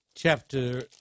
chapter